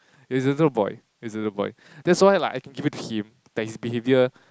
he's little boy he's little boy that's why like I can give it to him that his behavior